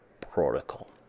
protocol